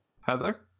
Heather